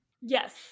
yes